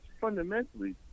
fundamentally